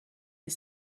des